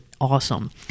awesome